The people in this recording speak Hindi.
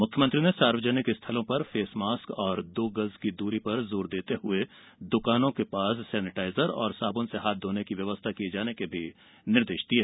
मुख्यमंत्री ने सार्वजनिक स्थलों पर फेस मास्क दो गज की दूरी पर जोर देते हुए दुकानों के पास सेनैटाइजर और साबुन से हाथ धोने की व्यवस्था किये जाने के निर्देश दिये